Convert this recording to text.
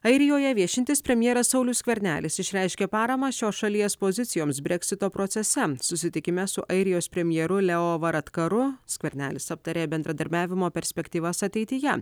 airijoje viešintis premjeras saulius skvernelis išreiškė paramą šios šalies pozicijoms breksito procese susitikime su airijos premjeru leo varatkaru skvernelis aptarė bendradarbiavimo perspektyvas ateityje